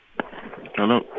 Hello